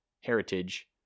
heritage